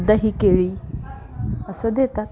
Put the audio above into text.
दही केळी असं देतात